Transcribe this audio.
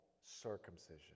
circumcision